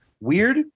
Weird